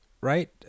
Right